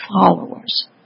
followers